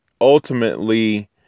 ultimately